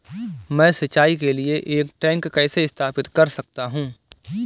मैं सिंचाई के लिए एक टैंक कैसे स्थापित कर सकता हूँ?